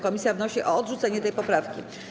Komisja wnosi o odrzucenie tej poprawki.